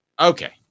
Okay